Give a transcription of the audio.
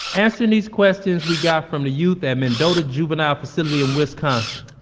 answering these questions, we got from the youth at mendota juvenile facility in wisconsin.